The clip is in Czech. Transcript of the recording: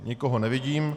Nikoho nevidím.